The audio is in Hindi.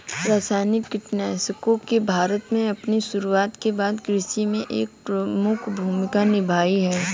रासायनिक कीटनाशकों ने भारत में अपनी शुरुआत के बाद से कृषि में एक प्रमुख भूमिका निभाई है